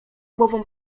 głową